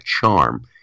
charm